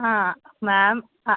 ആ മാം അ